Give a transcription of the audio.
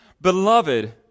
Beloved